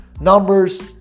numbers